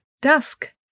dusk